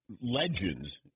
legends